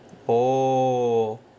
oh